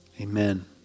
Amen